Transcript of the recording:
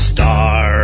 Star